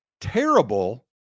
terrible